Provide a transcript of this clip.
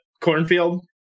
cornfield